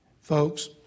Folks